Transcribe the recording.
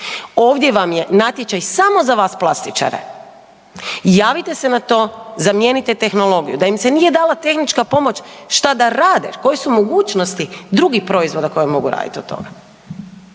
Ovdje vam je natječaj samo za vas plastičare, javite se za to, zamijenite tehnologiju, da im se nije dala tehnička pomoć šta da rade, koje su mogućnosti drugih proizvoda koje modu raditi od toga.